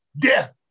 Death